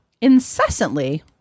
incessantly